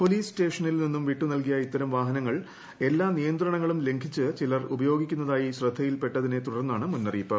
police സ്റ്റേഷനിൽ നിന്ന് വിട്ടുനൽകിയ ഇത്തരം വാഹനങ്ങൾ എല്ലാ നിയന്ത്രണങ്ങളും ലംഘിച്ചു ചിലർ ഉപയോഗിക്കുന്നതായി ശ്രദ്ധയിൽ പെട്ടതിനെത്തുടർന്നാണ് മുന്നറിയിപ്പ്